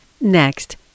Next